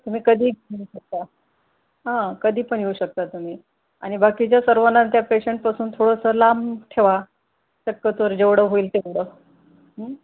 तुम्ही कधीही येऊ शकता हा कधीपण येऊ शकता तुम्ही आणि बाकीच्या सर्वांना त्या पेशंटपासून थोडंसं लांब ठेवा शक्यतो जेवढं होईल तेवढं